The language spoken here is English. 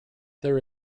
there